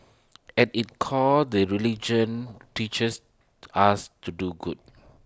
at its core the religion teaches us to do good